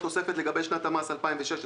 (1) לגבי שנת המס 2016,